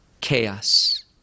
chaos